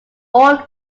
all